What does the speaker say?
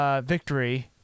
victory